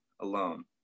alone